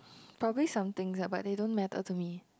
probably something lah but they don't matter to me